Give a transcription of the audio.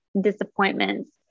disappointments